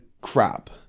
crap